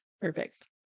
Perfect